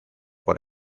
por